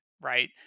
Right